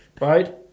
Right